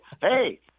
Hey